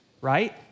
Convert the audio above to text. right